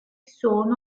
sono